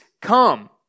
come